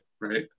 Right